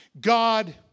God